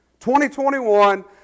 2021